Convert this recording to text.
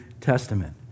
Testament